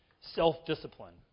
self-discipline